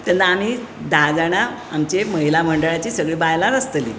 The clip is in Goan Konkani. तेन्ना आमी धा जाणा आमचे महिला मंडळाची सगळीं बायलांच आसतलीं